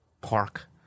park